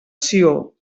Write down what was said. sió